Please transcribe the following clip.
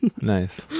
Nice